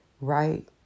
right